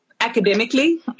academically